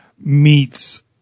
meets